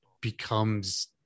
becomes